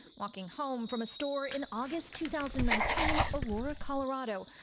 walking home from a store in august, two thousand nineteen, aurora, colorado.